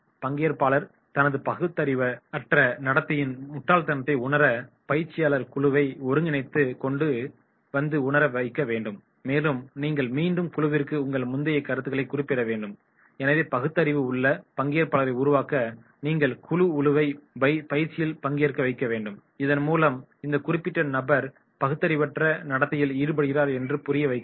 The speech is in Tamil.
பங்கேற்பாளர் தனது பகுத்தறிவற்ற நடத்தையின் முட்டாள்தனத்தை உணர பயிற்சியாளர் குழுவைக் ஒருங்கிணைத்து கொண்டு வந்து உணர வைக்க வேண்டும் மேலும் நீங்கள் மீண்டும் குழுவிற்கு உங்கள் முந்தைய கருத்துகளை குறிப்பிட வேண்டும் எனவே பகுத்தறிவு உள்ள பங்கேற்பாளர்களை உருவாக்க நீங்கள் முழு குழுவை பயிற்சியில் பங்கேற்க வைக்க வேண்டும் இதன் மூலம் இந்த குறிப்பிட்ட நபர் பகுத்தறிவற்ற நடத்தையில் ஈடுபடுகிறார் என்று புரிய வைக்க முடியும்